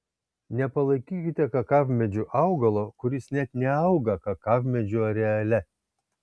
nepalaikykite kakavmedžiu augalo kuris net neauga kakavmedžių areale